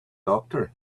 doctor